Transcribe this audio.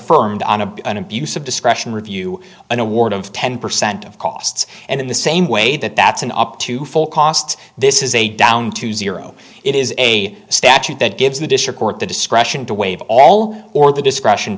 affirmed on a an abuse of discretion review an award of ten percent of costs and in the same way that that's an up to full cost this is a down to zero it is a statute that gives the district court the discretion to waive all or at the discretion